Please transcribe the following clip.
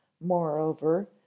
Moreover